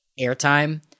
airtime